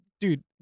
dude